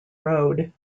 road